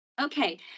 Okay